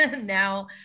now